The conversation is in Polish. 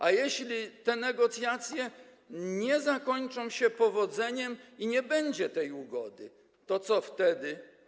A jeśli te negocjacje nie zakończą się powodzeniem ani nie będzie tej ugody, to co wtedy?